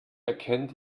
erkennt